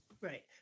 Right